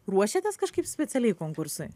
ruošiatės kažkaip specialiai konkursui